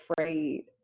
afraid